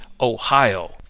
Ohio